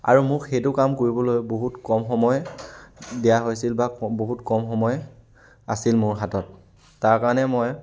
আৰু মোক সেইটো কাম কৰিবলৈ বহুত কম সময় দিয়া হৈছিল বা বহুত কম সময় আছিল মোৰ হাতত তাৰ কাৰণে মই